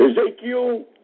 Ezekiel